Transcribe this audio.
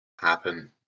happen